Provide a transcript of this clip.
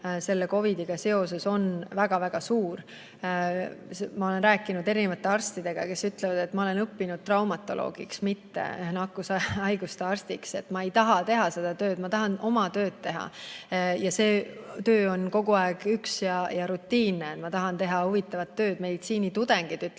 COVID-iga seoses on väga-väga suur. Ma olen rääkinud erinevate arstidega, kes ütlevad: "Ma olen õppinud traumatoloogiks, mitte nakkushaiguste arstiks. Ma ei taha teha seda tööd, ma tahan oma tööd teha. Ja see töö on kogu aeg üks ja sama, rutiinne, ma tahan teha huvitavat tööd." Meditsiinitudengid ütlevad,